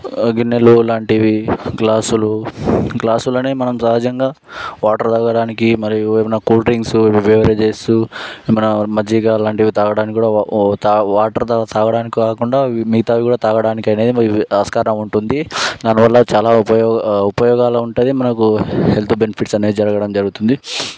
గిన్నెలు లాంటివి గ్లాసులు గ్లాసులని మనం సహజంగా వాటర్ తాగడానికి మరియు ఏమైనా కూల్డ్రింక్స్సు వేరు చేస్తూ మన మజ్జిగ లాంటివి తాగడానికి కూడా వాటర్ తాగడానికి కాకుండా మిగతావి కూడా తాగడానికి అనేది ఆస్కారం ఉంటుంది దాని వల్ల చాలా ఉపయోగాలు ఉపయోగాలు ఉంటాయి మనకు హెల్త్ బెనిఫిట్స్ అనేవి జరగడం జరుగుతుంది